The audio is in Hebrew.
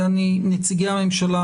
נציגי הממשלה,